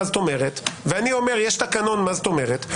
ואני אומר: יש תקנון, מה זאת אומרת?